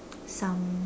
some